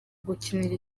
gukinira